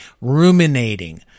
ruminating